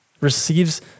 Receives